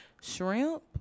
shrimp